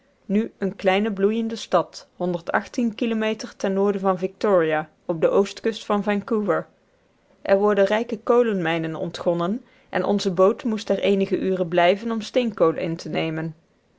nu eene kleine bloeiende stad kilometer ten noorden van victoria op de oostkust van vancouver er worden rijke kolenmijnen ontgonnen en onze boot moest er eenige uren blijven om steenkool in te nemen